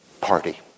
party